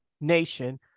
nation